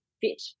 fit